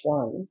one